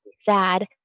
sad